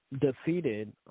defeated